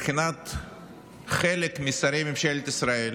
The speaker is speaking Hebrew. שמבחינת חלק משרי ממשלת ישראל